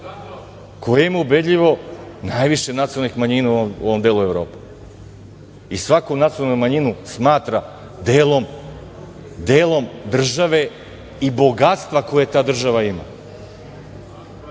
koja ima ubedljivo najviše nacionalnih manjina u ovom delu Evrope i svaku nacionalnu manjinu smatra delom države i bogatstva koje ta država ima. Vi